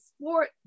sport